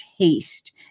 taste